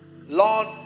Lord